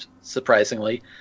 surprisingly